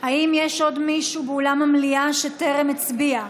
מישהו באולם המליאה שטרם הצביע?